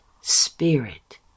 spirit